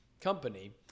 company